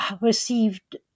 received